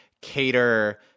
cater